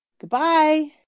Goodbye